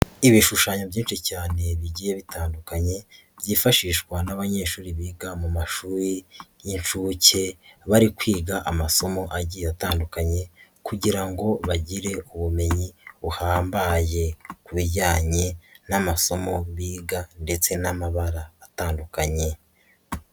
lbishushanyo byinshi cyane bigiye bitandukanye, byifashishwa n'abanyeshuri biga mu mashuri y'inshuke, bari kwiga amasomo agiye atandukanye kugira ngo bagire ubumenyi buhambaye ku bijyanye n'amasomo biga ndetse n'amabara atandukanye.